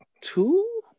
two